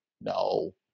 No